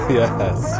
yes